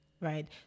Right